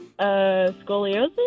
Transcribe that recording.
scoliosis